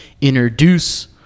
introduce